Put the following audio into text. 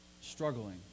struggling